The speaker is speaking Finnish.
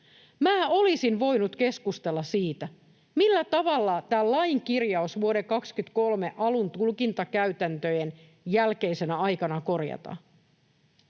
Minä olisin voinut keskustella siitä, millä tavalla tämän lain kirjaus vuoden 23 alun tulkintakäytäntöjen jälkeisenä aikana korjataan.